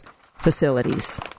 facilities